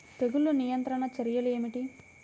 తెగులు నియంత్రణ చర్యలు ఏమిటి?